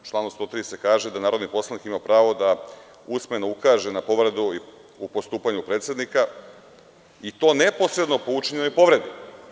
U članu 103. se kaže da narodni poslanik ima pravo da usmeno ukaže na povredu u postupanju predsednika, i to neposredno po učinjenoj povredi.